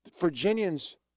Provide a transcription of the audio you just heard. Virginians